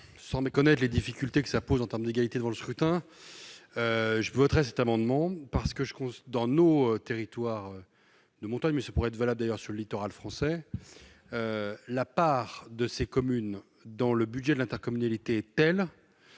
sans méconnaître les difficultés que ça pose en termes d'égalité devant le scrutin je voterai cet amendement parce que je constate dans nos territoires de montagne, mais ce pourrait être valable d'ailleurs sur le littoral français, la part de ces communes dans le budget de l'intercommunalité telle